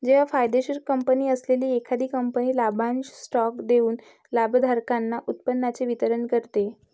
जेव्हा फायदेशीर कंपनी असलेली एखादी कंपनी लाभांश स्टॉक देऊन भागधारकांना उत्पन्नाचे वितरण करते